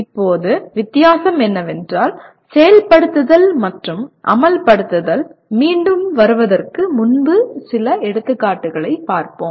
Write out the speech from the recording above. இப்போது வித்தியாசம் என்னவென்றால் செயல்படுத்துதல் மற்றும் அமல்படுத்துதல் மீண்டும் வருவதற்கு முன்பு சில எடுத்துக்காட்டுகளைப் பார்ப்போம்